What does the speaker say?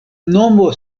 nomo